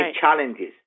challenges